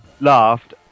laughed